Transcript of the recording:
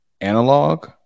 analog